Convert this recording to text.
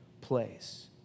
place